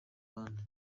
abandi